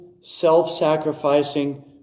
self-sacrificing